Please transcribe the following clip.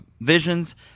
visions